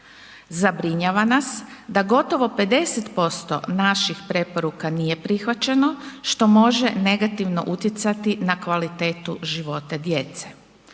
Zabrinjava nas da gotovo 50% naših preporuka nije prihvaćeno, što može negativno utjecati na kvalitetu života djece.